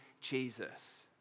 Jesus